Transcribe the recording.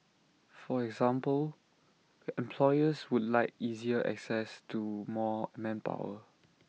for example employers would like easier access to more manpower